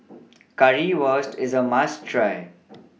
Currywurst IS A must Try